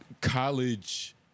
college